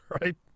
right